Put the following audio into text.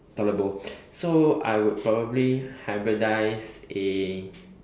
toilet bowl so I would probably hybridize a